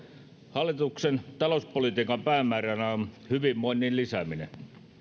hallituksen talouspolitiikan päämääränä on hyvinvoinnin lisääminen